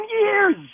years